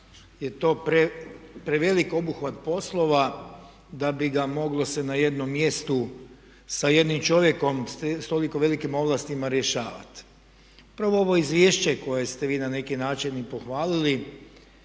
je to prevelik obuhvat poslova da bi ga moglo se na jednom mjestu sa jednim čovjekom s toliko velikim ovlastima rješavati. Upravo ovo izvješće koje ste vi na neki način i pohvalili